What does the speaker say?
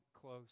close